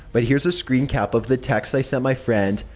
but here's a screen cap of the texts i sent my friend,